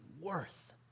worth